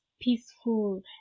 peaceful